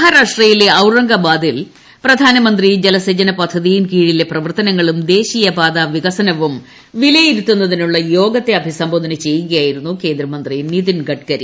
മഹാരാഷ്ട്രയിലെ ഔറംഗബാദിൽ പ്രധാനമന്ത്രി ജലസേചനപദ്ധയിൻകീഴിലെ പ്രവർത്തനങ്ങളും ദേശീയപാതാ വികസനമ്പും വിലയിരുത്തുന്നതിനുള്ള യോഗത്തെ അഭിസ്ംബോധന ചെയ്യുകയായിരുന്നു കേന്ദ്രമന്ത്രി നിയിൻ ഗഡ്കരി